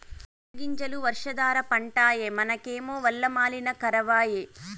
సెనగ్గింజలు వర్షాధార పంటాయె మనకేమో వల్ల మాలిన కరవాయె